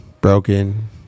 broken